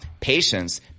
patience